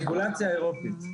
ברגולציה האירופית.